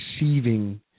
receiving